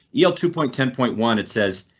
il two point ten point one it says.